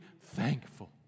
thankful